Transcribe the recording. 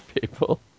people